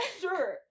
sure